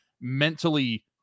mentally –